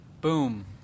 Boom